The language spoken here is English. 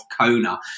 Kona